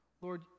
Lord